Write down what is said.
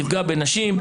תפגע בנשים,